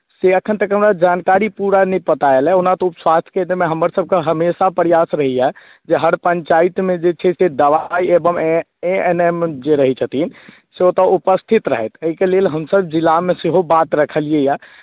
से अखन तक हमरा जानकारी पूरा नहि पता आयलए ओना तऽ उपस्वास्थ्य केन्द्रमे हमरसभके हमेशा प्रयास रहैए जे हर पञ्चायतमे जे छै से दवाइ एवं ए एन एम जे रहैत छथिन से ओतय उपस्थित रहथि ओहिके लेल हम जिलामे सेहो बात रखलियैए